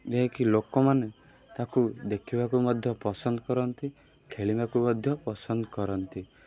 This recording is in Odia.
ଯିଏକି ଲୋକମାନେ ତାକୁ ଦେଖିବାକୁ ମଧ୍ୟ ପସନ୍ଦ କରନ୍ତି ଖେଳିବାକୁ ମଧ୍ୟ ପସନ୍ଦ କରନ୍ତି